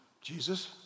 Jesus